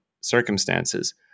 circumstances